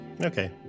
Okay